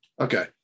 Okay